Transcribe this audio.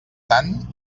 tant